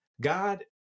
God